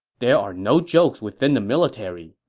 there are no jokes within the military,